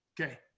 Okay